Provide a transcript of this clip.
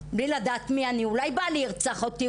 בלי לדעת מי אני, אולי בעלי ירצח אותי?